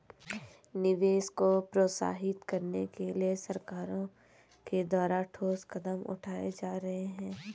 निवेश को प्रोत्साहित करने के लिए सरकारों के द्वारा ठोस कदम उठाए जा रहे हैं